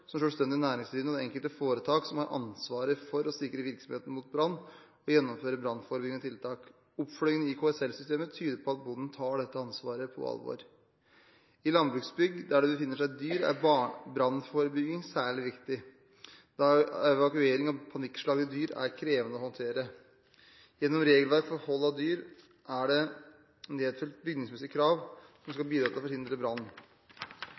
som selvstendig næringsdrivende, og det enkelte foretak som har ansvaret for å sikre virksomheten mot brann og gjennomføre brannforebyggende tiltak. Oppfølgingen i KSL-systemet tyder på at bonden tar dette ansvaret på alvor. I landbruksbygg der det befinner seg dyr, er brannforebygging særlig viktig, da evakuering av panikkslagne dyr er krevende å håndtere. Gjennom regelverk for hold av dyr er det nedfelt bygningsmessige krav som skal bidra til å forhindre brann,